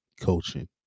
coaching